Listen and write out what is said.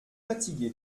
fatigué